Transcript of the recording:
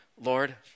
Lord